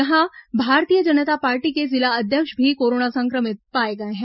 यहां भारतीय जनता पार्टी के जिला अध्यक्ष भी कोरोना संक्रमित पाए गए हैं